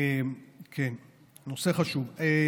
נושא חשוב.